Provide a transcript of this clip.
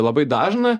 labai dažna